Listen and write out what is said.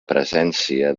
presència